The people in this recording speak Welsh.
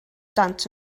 dant